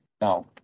Now